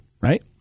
right